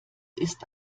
ist